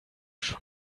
schon